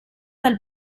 dal